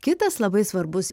kitas labai svarbus